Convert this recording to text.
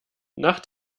nach